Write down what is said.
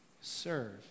serve